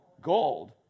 Gold